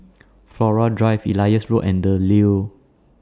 Flora Drive Elias Road and The Leo